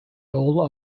all